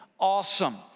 Awesome